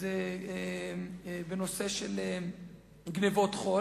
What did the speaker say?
זה בנושא של גנבות חול,